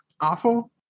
awful